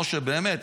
משה, באמת.